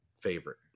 favorite